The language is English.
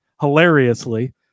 hilariously